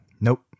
Nope